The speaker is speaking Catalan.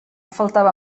faltava